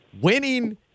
winning